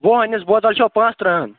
وُہَن ہٕنٛز بوتل چھَو پانٛژھ ترٕٛہَن